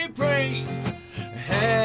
praise